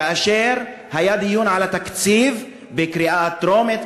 כאשר היה דיון על התקציב בקריאה טרומית,